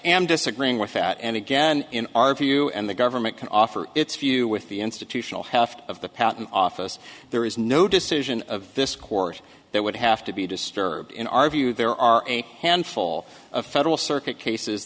am disagreeing with that and again in our view and the government can offer its view with the institutional heft of the patent office there is no decision of this court that would have to be disturbed in our view there are a handful of federal circuit cases